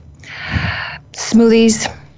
smoothies